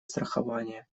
страхование